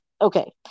Okay